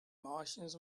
martians